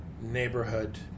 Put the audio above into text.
neighborhood